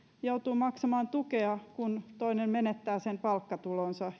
joutuu maksamaan tukea kun toinen menettää palkkatulonsa